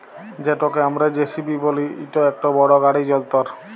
যেটকে আমরা জে.সি.বি ব্যলি ইট ইকট বড় গাড়ি যল্তর